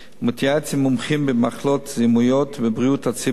ומתייעץ עם מומחים במחלות זיהומיות ובריאות הציבור.